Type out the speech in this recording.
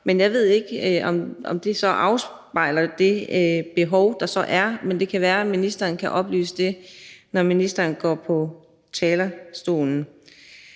men jeg ved ikke, om det afspejler det behov, der så er, men det kan være, at ministeren kan oplyse om det, når ministeren går på talerstolen.